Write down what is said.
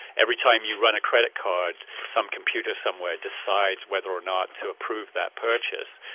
every time you run a credit card some computer somewhere decides whether or not to approve that purchase.